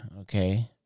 Okay